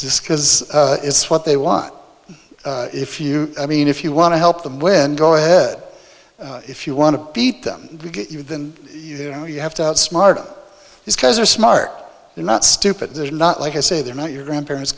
just because it's what they want if you i mean if you want to help them win go ahead if you want to beat them then you have to outsmart these guys are smart they're not stupid they're not like i say they're not your grandparents